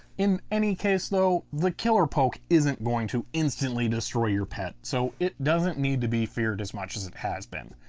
in any case though, the killer poke isn't going to instantly destroy your pet so it doesn't need to be feared as much as it has been.